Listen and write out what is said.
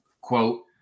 quote